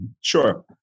Sure